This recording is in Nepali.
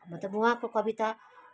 मतलब उहाँको कविता